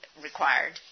required